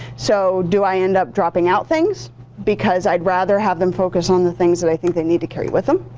so do i end up dropping out things because i'd rather have them focus on the things that i think they need to carry with them?